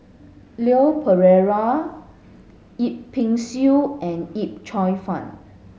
Leon Perera Yip Pin Xiu and Yip Cheong Fun